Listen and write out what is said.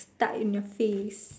stuck in your face